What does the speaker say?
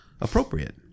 appropriate